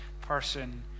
person